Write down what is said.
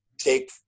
take